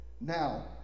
Now